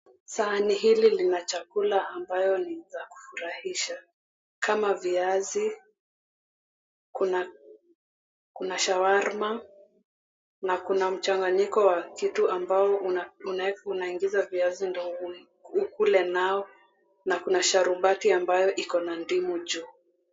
Sahani hili lina chakula ambayo ni za kufurahisha kama viazi, kuna shawarma, na kuna mchanganyiko wa kitu ambao unaingiza viazi ndogo ndio ukule nao na kuna sharubati ambao kuna ndimu juu.